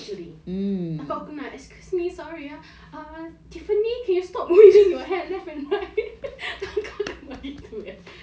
pasal some kan that point of time they were having like like err field training so the coach was lecturing tak kan aku nak excuse me sorry ah